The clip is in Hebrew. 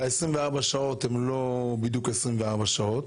ה-24 שעות הן לא בדיוק 24 שעות